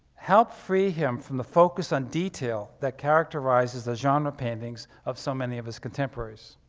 helped free him from the focus on detail that characterizes the genre paintings of so many of his contemporaries.